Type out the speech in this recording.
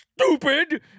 stupid